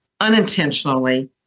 unintentionally